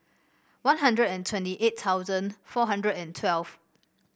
One Hundred and twenty eight thousand four hundred and twelve